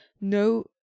no